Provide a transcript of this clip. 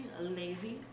lazy